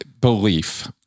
belief